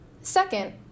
Second